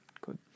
Good